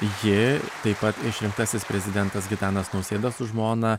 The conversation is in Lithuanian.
ji taip pat išrinktasis prezidentas gitanas nausėda su žmona